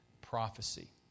prophecy